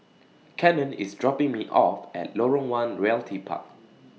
Cannon IS dropping Me off At Lorong one Realty Park